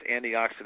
antioxidant